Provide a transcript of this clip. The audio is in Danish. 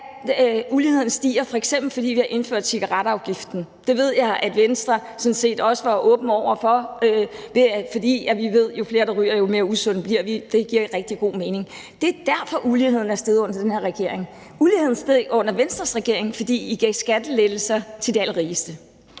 uligheden stiger, fordi vi f.eks. har indført cigaretafgiften. Det ved jeg at Venstre sådan set også var åben over for, fordi vi ved, at jo flere, der ryger, jo mere usunde bliver vi. Det giver rigtig god mening. Det er derfor, at uligheden er steget under den her regering. Uligheden steg under Venstres regering, fordi I gav skattelettelser til de allerrigeste.